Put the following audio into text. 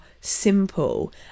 simple